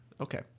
Okay